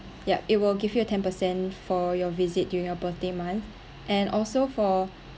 yup it will give you a ten percent for your visit during your birthday month and also for